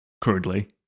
crudely